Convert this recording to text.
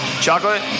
Chocolate